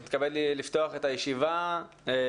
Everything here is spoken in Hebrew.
אני מתכבד לפתוח את ישיבת ועדת החינוך,